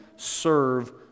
serve